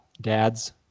Dads